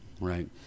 right